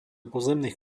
pozemných